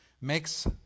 makes